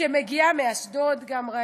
שמגיעה מאשדוד, גם,